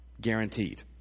Guaranteed